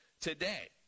today